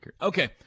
Okay